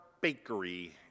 Bakery